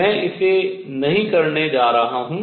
मैं इसे नहीं करने जा रहा हूँ